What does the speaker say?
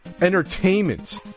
Entertainment